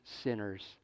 sinners